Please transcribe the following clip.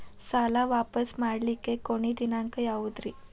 ಸಾಲಾ ವಾಪಸ್ ಮಾಡ್ಲಿಕ್ಕೆ ಕೊನಿ ದಿನಾಂಕ ಯಾವುದ್ರಿ?